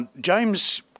James